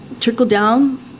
trickle-down